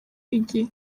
igihe